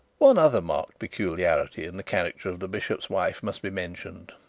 one other marked peculiarity in the character of the bishop's wife must be mentioned.